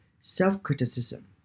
self-criticism